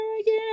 again